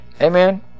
Amen